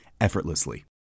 effortlessly